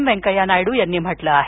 वेंकय्या नायडू यांनी म्हटलं आहे